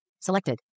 Selected